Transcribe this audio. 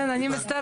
כן, אני מצטרפת.